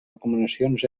recomanacions